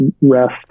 rest